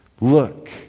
look